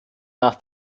nach